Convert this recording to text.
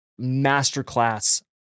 masterclass